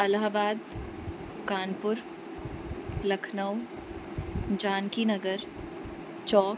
Allahabad Kanpur Lucknow Janaki Nagar Chowk